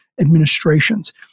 administrations